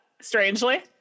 strangely